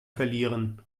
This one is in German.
verlieren